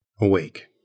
Awake